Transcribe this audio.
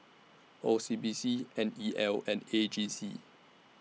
O C B C N E L and A G C